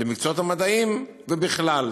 למקצועות המדעיים ובכלל.